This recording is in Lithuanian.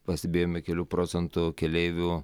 pastebėjome kelių procentų keleivių